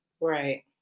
right